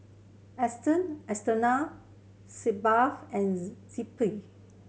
esteem Sitz Bath and Zappy